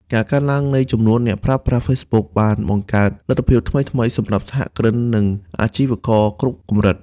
ការកើនឡើងនៃចំនួនអ្នកប្រើប្រាស់ Facebook បានបង្កើតលទ្ធភាពថ្មីៗសម្រាប់សហគ្រិន និងអាជីវករគ្រប់កម្រិត។